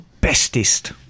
bestest